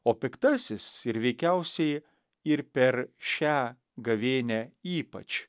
o piktasis ir veikiausiai ir per šią gavėnią ypač